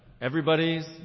everybody's